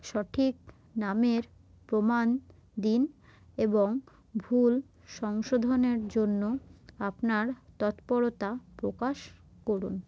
সঠিক নামের প্রমাণ দিন এবং ভুল সংশোধনের জন্য আপনার তৎপরতা প্রকাশ করুন